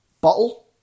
Bottle